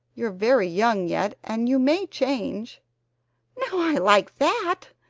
you're very young yet and you may change now, i like that!